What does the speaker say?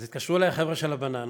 אז התקשרו אלי החבר'ה של הבננות,